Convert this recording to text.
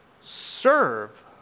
serve